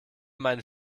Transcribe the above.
meinen